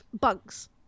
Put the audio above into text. bugs